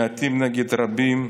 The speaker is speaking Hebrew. מעטים נגד רבים,